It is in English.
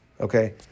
Okay